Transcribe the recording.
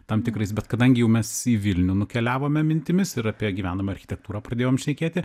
tam tikrais bet kadangi jau mes į vilnių nukeliavome mintimis ir apie gyvenamą architektūrą pradėjom šnekėti